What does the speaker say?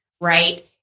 Right